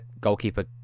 goalkeeper